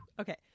okay